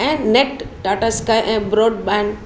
ऐं नेट टाटा स्काय ऐं ब्रोडबैंड